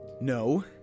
No